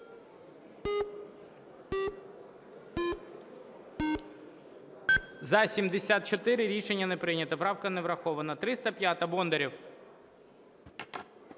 За-74 Рішення не прийнято. Правка не врахована. 305-а, Бондарєв.